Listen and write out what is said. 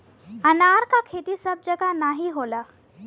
अनार क खेती सब जगह नाहीं होला